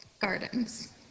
gardens